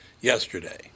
yesterday